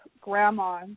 grandma